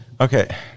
Okay